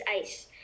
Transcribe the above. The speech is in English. Ice